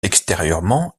extérieurement